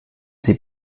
sie